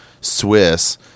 swiss